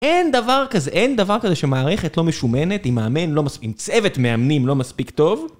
אין דבר כזה, אין דבר כזה שמערכת לא משומנת, עם צוות מאמנים לא מספיק טוב